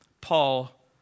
Paul